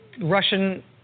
Russian